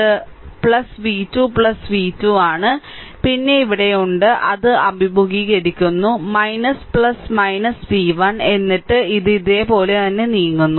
അതിനാൽ ഇത് v2 v2 ആണ് പിന്നെ ഇവിടെയുണ്ട് അത് അഭിമുഖീകരിക്കുന്നു v1 എന്നിട്ട് ഇത് ഇതുപോലെ നീങ്ങുന്നു